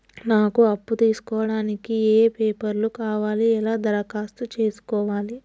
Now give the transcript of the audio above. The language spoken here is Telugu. నాకు అప్పు తీసుకోవడానికి ఏ పేపర్లు కావాలి ఎలా దరఖాస్తు చేసుకోవాలి?